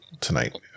tonight